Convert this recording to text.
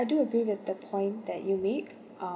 I do agree with the point that you make